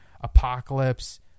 Apocalypse